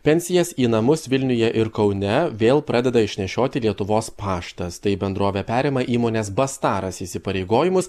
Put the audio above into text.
pensijas į namus vilniuje ir kaune vėl pradeda išnešioti lietuvos paštas tai bendrovė perima įmonės bastaras įsipareigojimus